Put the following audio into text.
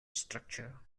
structure